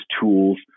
tools